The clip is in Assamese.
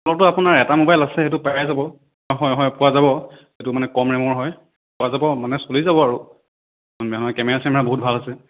হ'ব আপোনাৰ এটা ম'বাইল আছে সেইটো পাই যাব হয় হয় পোৱা যাব এইটো মানে কম ৰেমৰ হয় পোৱা যাব মানে চলি যাব আৰু ইমান বেয়া নহয় কেমেৰা চেমেৰা বহুত ভাল আছে